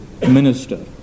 minister